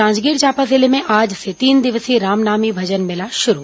जांजगीर चांपा जिले में आज से तीन दिवसीय रामनामी भजन मेला शुरू